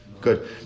Good